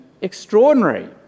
extraordinary